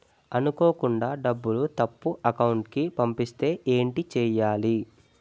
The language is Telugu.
అనుకోకుండా డబ్బులు తప్పు అకౌంట్ కి పంపిస్తే ఏంటి చెయ్యాలి?